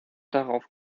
darauf